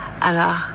Alors